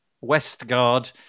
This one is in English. Westgard